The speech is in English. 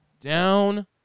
Down